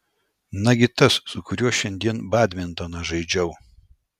nagi tas su kuriuo šiandien badmintoną žaidžiau